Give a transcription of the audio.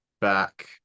back